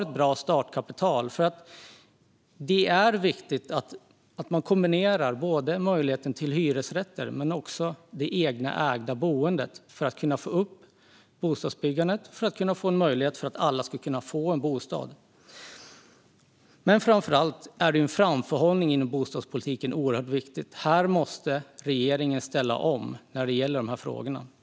Det är nämligen viktigt att man kombinerar möjligheten till hyresrätter och det egna ägda boendet för att få upp bostadsbyggandet och därmed möjligheterna för alla att få en bostad. Framför allt är det oerhört viktigt med en framförhållning inom bostadspolitiken. När det gäller dessa frågor måste regeringen ställa om.